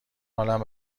حالم